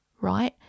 Right